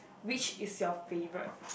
which is your favourite